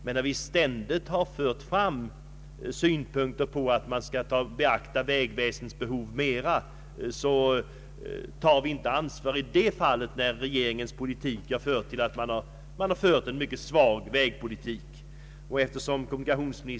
Men när vi ständigt för fram krav på att man mera bör beakta vägväsendets behov men detta inte beaktats utan regeringen i det fallet fört en mycket svag vägpolitik, då tar vi inte något ansvar.